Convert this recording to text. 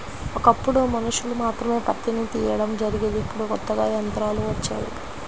ఒకప్పుడు మనుషులు మాత్రమే పత్తిని తీయడం జరిగేది ఇప్పుడు కొత్తగా యంత్రాలు వచ్చాయి